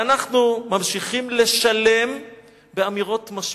ואנחנו ממשיכים לשלם באמירות משמעותיות.